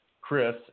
Chris